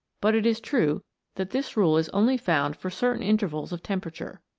but it is true that this rule is only found for certain intervals of temperature.